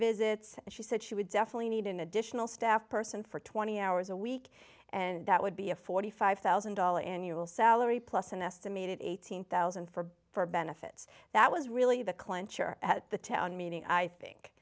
visits and she said she would definitely need an additional staff person for twenty hours a week and that would be a forty five thousand dollars annual salary plus an estimated eight hundred thousand for for benefits that was really the clincher at the town meeting i think